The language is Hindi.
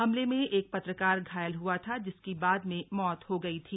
हमले में एक पत्रकार घायल हुआ था जिसकी बाद में मौत हो गई थी